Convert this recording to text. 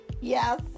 Yes